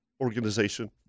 Organization